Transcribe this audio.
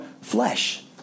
flesh